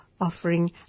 offering